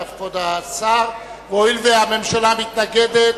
והואיל הממשלה מתנגדת,